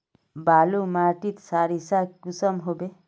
बालू माटित सारीसा कुंसम होबे?